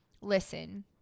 Listen